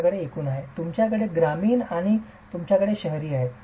तुमच्याकडे एकूण आहे तुमच्याकडे ग्रामीण आणि तुमच्याकडे शहरी आहेत